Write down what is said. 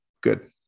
Good